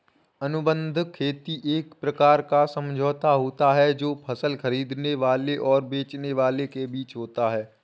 अनुबंध खेती एक प्रकार का समझौता होता है जो फसल खरीदने वाले और बेचने वाले के बीच होता है